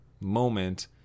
moment